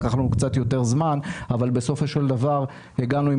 לקח לנו קצת יותר זמן אבל בסופו של דבר הגענו עם